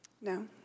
No